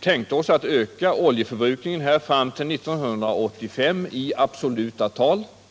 skulle öka oljeförbrukningen fram till 1985 i absoluta tal.